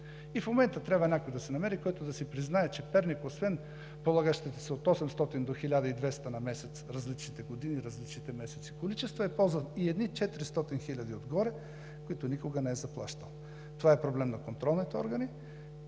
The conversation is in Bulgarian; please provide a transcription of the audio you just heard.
В момента трябва някой да се намери, който да си признае, че Перник освен полагащите му се количества от 800 до 1200 на месец за различните години, за различните месеци е ползвал едни 400 хиляди отгоре, които никога не е заплащал. Това е проблем на контролните органи